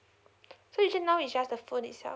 so just now is just the phone itself